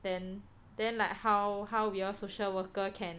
then then like how how we all social worker can